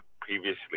previously